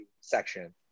section